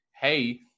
hey